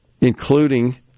including